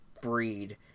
breed